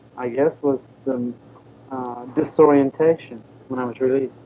i guess was the disorientation when i was released